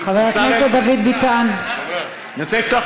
גברתי היושבת-ראש, אפשר הערה?